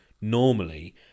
normally